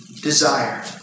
desire